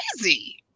crazy